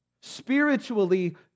Spiritually